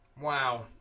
Wow